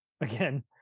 again